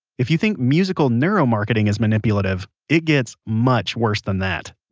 if you think musical neuromarketing is manipulative, it gets much worse than that